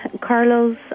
Carlos